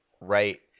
right